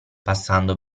passando